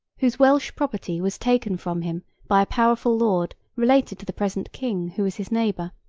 whose welsh property was taken from him by a powerful lord related to the present king, who was his neighbour.